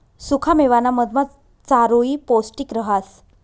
सुखा मेवाना मधमा चारोयी पौष्टिक रहास